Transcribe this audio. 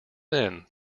then